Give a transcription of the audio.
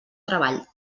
treball